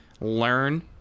learn